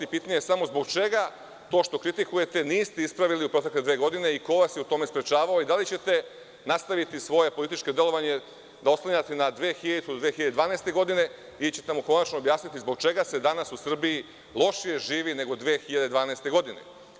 Pitanje je samo zbog čega to što kritikujete niste ispravili u protekle dve godine i ko vas je u tome sprečavao i da li ćete nastaviti svoje političko delovanje da oslanjate na 2000-2012. godine, ili ćete konačno objasniti zbog čega se danas u Srbiji lošije živi nego 2012. godine?